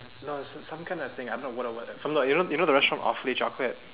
no it's some kind of thing I'm not you know the restaurant awfully chocolate